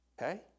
Okay